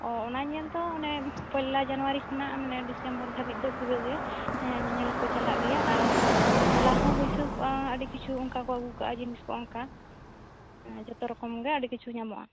ᱚ ᱚᱱᱟ ᱧᱮᱞ ᱫᱚ ᱚᱱᱮ ᱯᱚᱭᱞᱟ ᱡᱟᱱᱩᱭᱟᱨᱤ ᱠᱷᱚᱱᱟᱜ ᱢᱟᱱᱮ ᱰᱤᱥᱮᱢᱵᱚᱨ ᱫᱷᱟᱹᱵᱤᱡ ᱫᱚ ᱯᱩᱨᱟᱹ ᱜᱮ ᱧᱮ ᱧᱮᱞ ᱠᱚ ᱪᱟᱞᱟᱜ ᱜᱮᱭᱟ ᱟᱨ ᱢᱮᱞᱟ ᱦᱚᱸ ᱵᱟᱹᱭᱥᱟᱹᱣ ᱠᱚᱜᱼᱟ ᱟᱹᱰᱤ ᱠᱤᱪᱷᱩ ᱚᱱᱠᱟ ᱠᱚ ᱟᱹᱜᱩ ᱠᱟᱜᱼᱟ ᱡᱤᱱᱤᱥ ᱠᱚ ᱚᱱᱠᱟ ᱡᱚᱛᱚ ᱨᱚᱠᱚᱢ ᱜᱮ ᱟᱹᱰᱤ ᱠᱤᱪᱷᱩ ᱧᱟᱢᱚᱜᱼᱟ